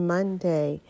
Monday